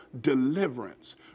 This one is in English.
deliverance